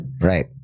Right